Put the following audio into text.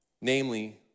namely